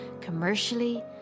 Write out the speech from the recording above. commercially